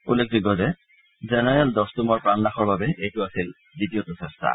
উল্লেখযোগ্য যে জেনেৰেল দস্তমৰ প্ৰাণনাশৰ বাবে এইটো আছিল দ্বিতীয়টো চেষ্টা